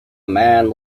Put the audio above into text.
man